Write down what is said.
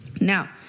Now